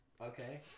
Okay